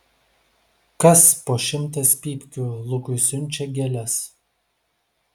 kas po šimtas pypkių lukui siunčia gėles